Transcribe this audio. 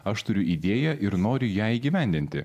aš turiu idėją ir noriu ją įgyvendinti